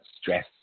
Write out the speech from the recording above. stress